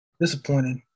Disappointed